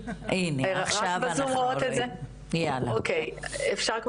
רחבה, אבל